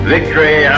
Victory